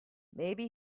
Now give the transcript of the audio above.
maybe